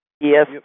Yes